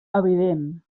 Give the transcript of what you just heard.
evident